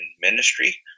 ministry